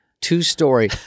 two-story